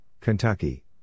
Kentucky